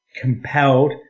compelled